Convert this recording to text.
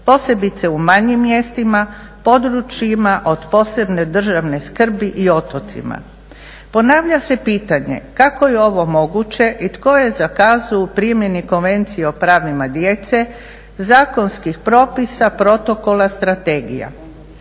posebice u manjim mjestima, područjima od posebne državne skrbi i otocima. Ponavlja se pitanje kako je ovo moguće i tko je za kazao u primjeni konvencije o pravima djece, zakonskih propisa, protokola, strategija.